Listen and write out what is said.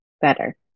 better